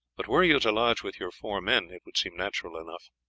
but were you to lodge with your four men it would seem natural enough.